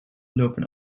lopen